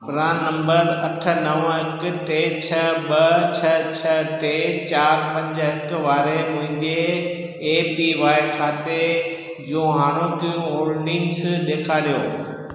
रान number अठ नवं हिकु टे ॿ छ्ह छ्ह छह टे चार पंज हिकु वारे मुंहिंजे ए पी वाए खाते जूं हाणोकियूं होल्डिंग्स ॾेखारियो